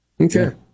Okay